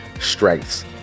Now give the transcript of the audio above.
strengths